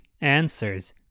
Answers